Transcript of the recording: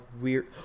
weird